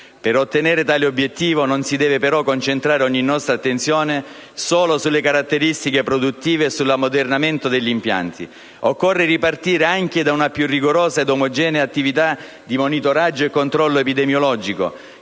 Per ottenere tale obiettivo non si deve, però, concentrare ogni nostra attenzione solo sulle caratteristiche produttive e sull'ammodernamento degli impianti. Occorre ripartire anche da una più rigorosa ed omogenea attività di monitoraggio e controllo epidemiologico,